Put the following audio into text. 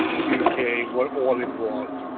u k. were all involved.